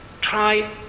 try